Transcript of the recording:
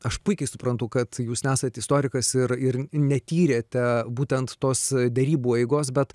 aš puikiai suprantu kad jūs nesat istorikas ir ir netyrėte būtent tos derybų eigos bet